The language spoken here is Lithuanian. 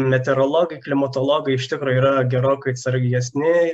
meteorologai klimatologai iš tikro yra gerokai atsargesni